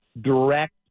direct